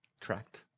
Tract